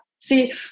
See